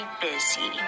busy